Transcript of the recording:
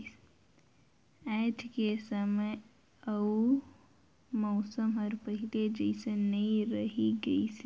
आयज के समे अउ मउसम हर पहिले जइसन नइ रही गइस हे